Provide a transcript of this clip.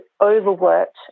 overworked